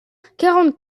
quarante